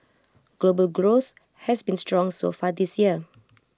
global growth has been strong so far this year